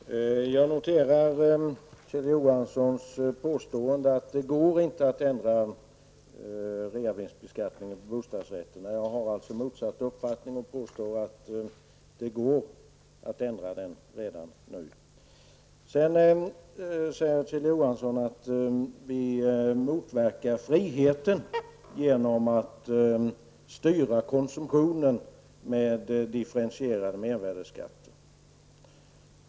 Herr talman! Jag noterar Kjell Johanssons påstående att det inte går att ändra reavinstbeskattningen på bostadsrätter. Jag har motsatt uppfattning och påstår att det går att ändra den redan nu. Sedan säger Kjell Johansson att vi motverkar friheten genom att styra konsumtionen genom en differentierad mervärdeskatt.